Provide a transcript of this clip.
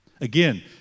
Again